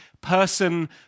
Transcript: person